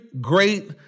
great